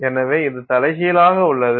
எனவே இது தலைகீழலாக உள்ளது